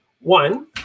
One